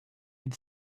had